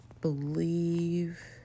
believe